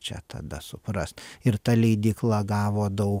čia tada suprast ir ta leidykla gavo daug